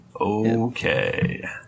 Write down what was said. Okay